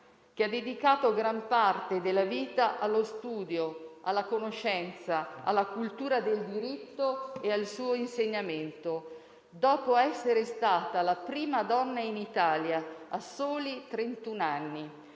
che ha dedicato gran parte della vita allo studio, alla conoscenza, alla cultura del diritto e al suo insegnamento. Dopo essere stata la prima donna in Italia, a soli trentun